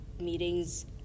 meetings